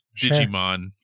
Digimon